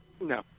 No